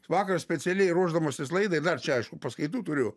vakar specialiai ruošdamasis laidai dar čia aišku paskaitų turiu